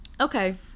Okay